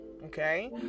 okay